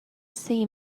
see